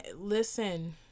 listen